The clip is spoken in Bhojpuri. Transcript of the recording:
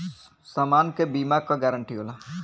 समान के बीमा क गारंटी होला